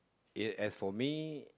yeah as for me